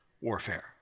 warfare